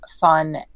fun